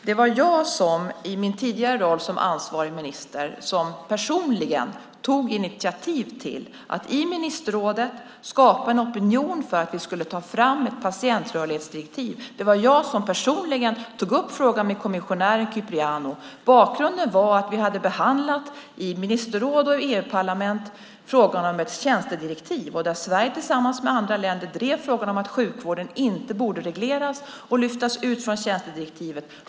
Det var jag som i min tidigare roll som ansvarig minister personligen tog initiativ till att i ministerrådet skapa en opinion för att vi skulle ta fram ett patientrörlighetsdirektiv. Det var jag som personligen tog upp frågan med kommissionären Kyprianou. Bakgrunden var att vi i ministerråd och EU-parlament hade behandlat frågan om ett tjänstedirektiv. Där drev Sverige tillsammans med andra länder frågan om att sjukvården inte borde regleras och lyftas ut från tjänstedirektivet.